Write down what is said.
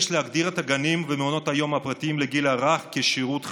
יש להגדיר את הגנים ומעונות היום הפרטיים לגיל הרך כשירות חיוני,